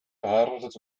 verheiratet